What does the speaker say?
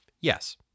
Yes